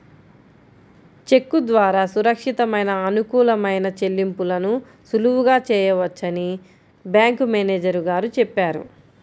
చెక్కు ద్వారా సురక్షితమైన, అనుకూలమైన చెల్లింపులను సులువుగా చేయవచ్చని బ్యాంకు మేనేజరు గారు చెప్పారు